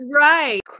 Right